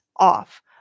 off